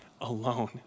alone